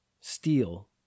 steel